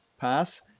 pass